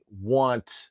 want